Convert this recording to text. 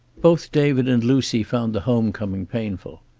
both david and lucy found the home-coming painful.